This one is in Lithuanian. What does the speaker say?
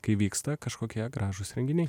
kai vyksta kažkokie gražūs renginiai